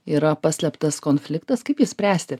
yra paslėptas konfliktas kaip jį spręsti